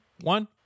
one